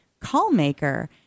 Callmaker